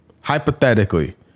Hypothetically